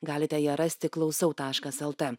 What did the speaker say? galite ją rasti klausau taškas el t